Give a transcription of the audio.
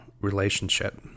relationship